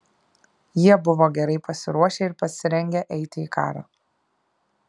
jie buvo gerai pasiruošę ir pasirengę eiti į karą